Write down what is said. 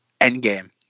Endgame